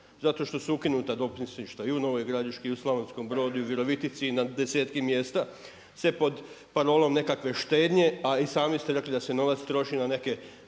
Zato što su ukinuta dopisništva i u Novoj Gradišci, i u Slavonskom Brodu, i u Virovitici, i na desetke mjesta sve pod parolom nekakve štednje a i sami ste rekli da se novac troši na neke